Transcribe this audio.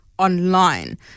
Online